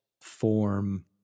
form